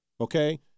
okay